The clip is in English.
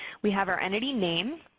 we have our entity name,